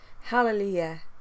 hallelujah